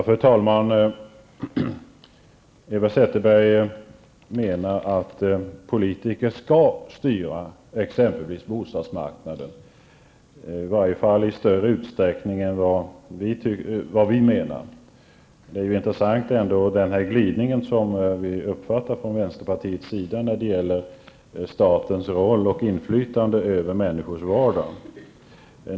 Fru talman! Eva Zetterberg menar att politiker skall styra exempelvis bostadsmarknaden, i varje fall i större utsträckning än vad vi menar. Det är intressant att notera den glidning från vänsterpartiets sida som vi kan uppfatta när det gäller statens inflytande över människors vardag.